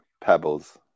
Pebbles